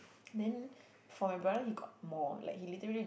then for my brother he got more like he literally